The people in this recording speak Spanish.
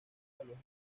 ejemplos